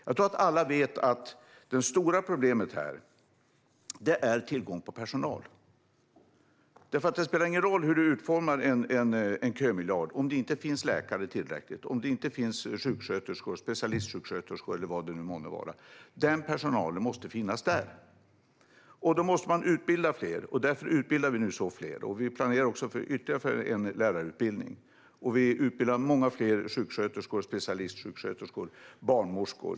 Jag tror att alla vet att det stora problemet är tillgång på personal. Det spelar ingen roll hur du utformar en kömiljard om det inte finns tillräckligt många läkare, sjuksköterskor, specialistsjuksköterskor eller vad det månde vara. Den personalen måste finnas där. Därför måste fler utbildas. Vi planerar också för ytterligare en lärarutbildning. Vi utbildar många fler sjuksköterskor, specialistsjuksköterskor och barnmorskor.